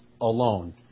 alone